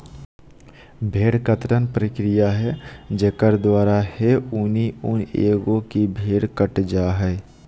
भेड़ कर्तन प्रक्रिया है जेकर द्वारा है ऊनी ऊन एगो की भेड़ कट जा हइ